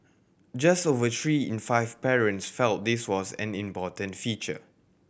just over three in five parents felt this was an important feature